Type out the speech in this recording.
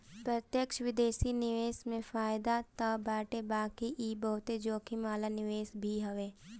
प्रत्यक्ष विदेशी निवेश में फायदा तअ बाटे बाकी इ बहुते जोखिम वाला निवेश भी हवे